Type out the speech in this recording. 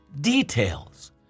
details